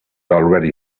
already